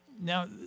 Now